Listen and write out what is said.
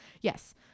Yes